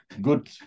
good